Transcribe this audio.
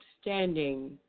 standing